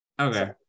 Okay